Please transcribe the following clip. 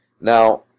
Now